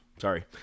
Sorry